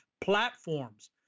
platforms